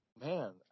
Man